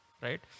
right